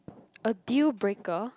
a deal breaker